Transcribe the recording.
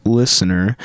listener